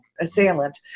assailant